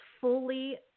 fully